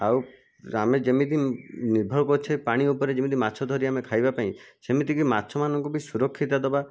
ଆଉ ଆମେ ଯେମିତି ନିର୍ଭର କରୁଛେ ପାଣି ଉପରେ ଯେମିତି ମାଛ ଧରି ଆମେ ଖାଇବା ପାଇଁ ସେମିତିକି ମାଛମାନଙ୍କୁ ବି ସୁରକ୍ଷିତ ଦବା